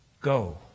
go